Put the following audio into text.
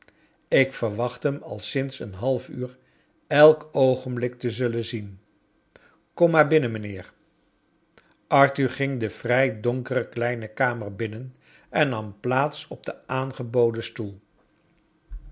ik verwacht hem al sinds een half uur elk oogenblik te zullen zien kom maar binnen mijnheer arthur ging de vrij donkere kleine kamer binnen en nam plaats op den aangebodcn stoel